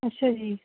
ਅੱਛਾ ਜੀ